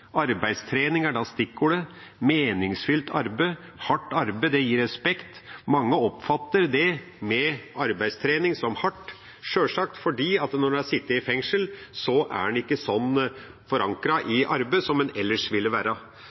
Arbeidstrening er da stikkordet, meningsfylt arbeid, hardt arbeid. Det gir respekt. Mange oppfatter det med arbeidstrening som hardt. Sjølsagt, for når en har sittet i fengsel, er en ikke så forankret i arbeidet som en ellers ville